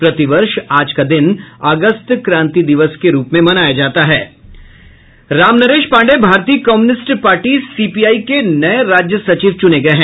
प्रतिवर्ष आज का दिन अगस्त क्रांति दिवस के रूप में मनाया जाता है राम नरेश पाण्डेय भारतीय कम्युनिस्ट पार्टी सीपीआई के नये राज्य सचिव चुने गये हैं